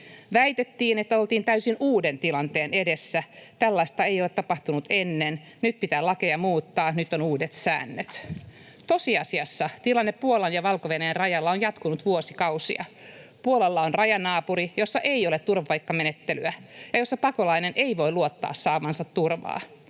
Väitettiin, että oltiin täysin uuden tilanteen edessä, että tällaista ei ole tapahtunut ennen, nyt pitää lakeja muuttaa, nyt on uudet säännöt. Tosiasiassa tilanne Puolan ja Valko-Venäjän rajalla on jatkunut vuosikausia. Puolalla on rajanaapuri, jossa ei ole turvapaikkamenettelyä ja jossa pakolainen ei voi luottaa saavansa turvaa.